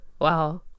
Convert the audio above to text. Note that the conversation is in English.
Wow